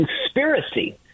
conspiracy